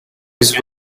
his